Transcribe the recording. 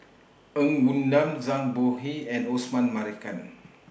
Ng Woon Lam Zhang Bohe and Osman Merican